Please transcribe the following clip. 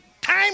time